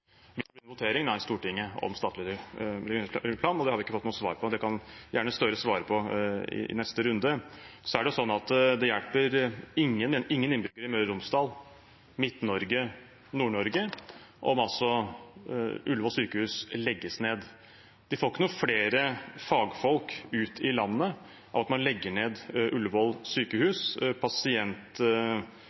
votering i Stortinget om statlig reguleringsplan, og det har vi ikke fått noe svar på. Det kan gjerne statsministeren svare på i neste runde. Så er det sånn at det hjelper ingen innbyggere i Møre og Romsdal, Midt-Norge og Nord-Norge om Ullevål sykehus legges ned. Man får ikke flere fagfolk ute i landet ved at man legger ned